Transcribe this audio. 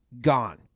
Gone